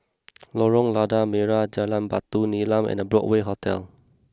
Lorong Lada Merah Jalan Batu Nilam and Broadway Hotel